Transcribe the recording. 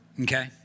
okay